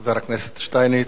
חבר הכנסת שטייניץ.